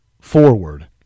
forward